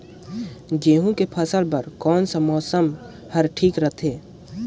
गहूं के फसल बर कौन सा मौसम हवे ठीक रथे?